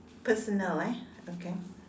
personal eh okay